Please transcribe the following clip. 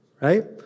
right